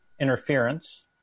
interference